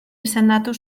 izendatu